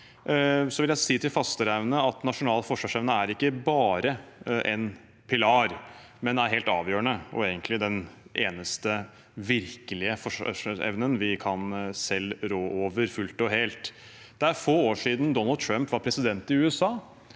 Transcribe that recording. vil jeg si at nasjonal forsvarsevne er ikke bare en pilar, men det er helt avgjørende og egentlig den eneste virkelige forsvarsevnen vi selv kan rå over fullt og helt. Det er få år siden Donald Trump var president i USA.